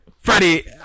Freddie